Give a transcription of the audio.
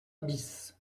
bis